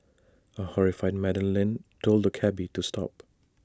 A horrified Madam Lin told the cabby to stop